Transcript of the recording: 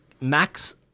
Max